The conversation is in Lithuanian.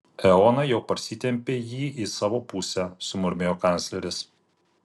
eoną jau persitempė jį į savo pusę sumurmėjo kancleris